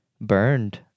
burned